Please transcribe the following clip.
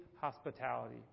hospitality